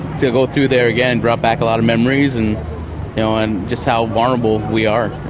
to go through there again brought back a lot of memories and yeah on just how vulnerable we are.